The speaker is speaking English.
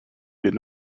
did